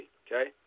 okay